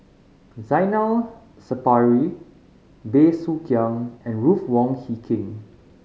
Zainal Sapari Bey Soo Khiang and Ruth Wong Hie King